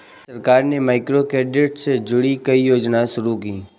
सरकार ने माइक्रोक्रेडिट से जुड़ी कई योजनाएं शुरू की